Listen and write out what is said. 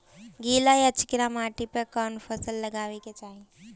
गील या चिकन माटी पर कउन फसल लगावे के चाही?